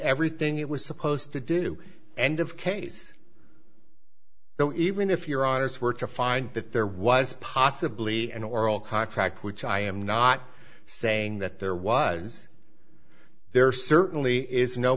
everything it was supposed to do end of case though even if your honour's were to find that there was possibly an oral contract which i am not saying that there was there certainly is no